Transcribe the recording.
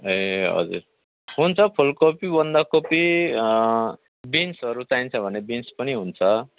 ए हजुर हुन्छ फुलकोपी बन्दकोपी बिन्सहरू चाहिन्छ भने बिन्स पनि हुन्छ